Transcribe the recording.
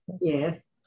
yes